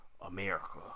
America